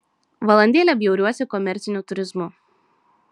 valandėlę bjauriuosi komerciniu turizmu